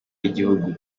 y’igihugu